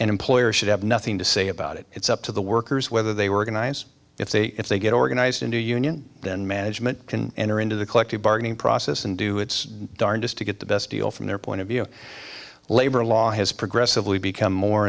and employers should have nothing to say about it it's up to the workers whether they were going to is if they if they get organized into a union then management can enter into the collective bargaining process and do its darndest to get the best deal from their point of view labor law has progressively become more